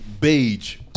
beige